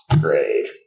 Great